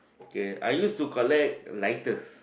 okay I used to collect lighters